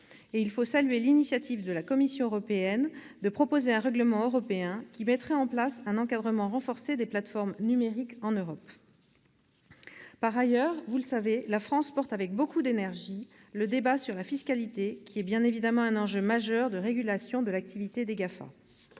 Il faut saluer l'initiative de la Commission européenne de proposer un règlement européen qui mettrait en place un encadrement renforcé des plateformes numériques en Europe. Par ailleurs, vous le savez, la France porte avec beaucoup d'énergie le débat sur la fiscalité, qui est bien évidemment un enjeu majeur de régulation de l'activité des GAFA.